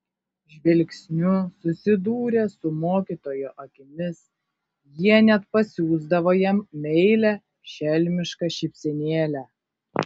žvilgsniu susidūrę su mokytojo akimis jie net pasiųsdavo jam meilią šelmišką šypsenėlę